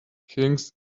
kings